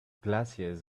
glaciers